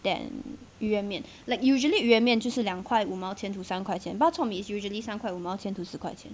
then 鱼圆面 like usually 鱼圆面是两块五毛钱:yu yuan mian shiliang kuai wu mao qian to 三块钱 bak chor mee is usually 三块五毛钱 to 四块钱